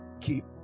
keep